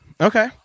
Okay